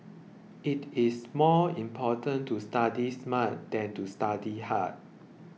it is more important to study smart than to study hard